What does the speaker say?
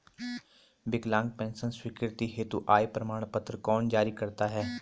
विकलांग पेंशन स्वीकृति हेतु आय प्रमाण पत्र कौन जारी करता है?